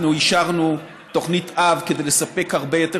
אנחנו אישרנו תוכנית אב כדי לספק הרבה יותר